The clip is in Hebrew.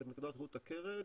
מנקודת ראות הקרן,